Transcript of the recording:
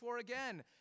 again